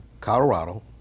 Colorado